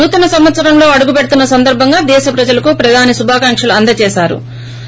నూతన సంవత్సరంలో అడుగుపెడుతున్న సందర్భంగా దేశ ప్రజలకు ప్రధాని శుభాకాంక్షలు అందచేశారు